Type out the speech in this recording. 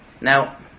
Now